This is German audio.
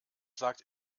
sagt